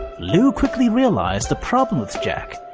lou quickly realized the problem with jack.